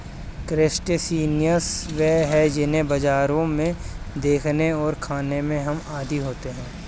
crustaceans वे हैं जिन्हें बाजारों में देखने और खाने के हम आदी होते हैं